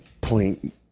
point